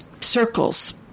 circles